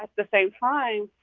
like the same time,